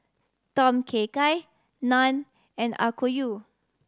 Tom Kha Gai Naan and Okayu